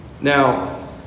Now